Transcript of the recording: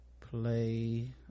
play